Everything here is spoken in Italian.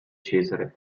cesare